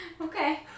Okay